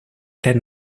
then